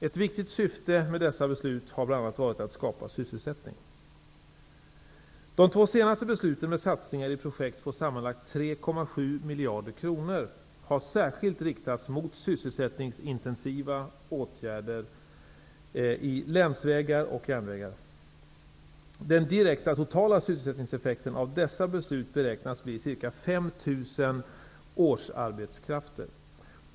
Ett viktigt syfte med dessa beslut har bl.a. varit att skapa sysselsättning. De två senaste besluten med satsningar i projekt på sammanlagt 3,7 miljarder kronor har särskilt riktats mot sysselsättningsintensiva åtgärder i länsvägar och järnvägar. Den direkta totala sysselsättningseffekten av dessa beslut beräknas bli ca 5 000 årsarbetskrafter.